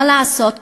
מה לעשות,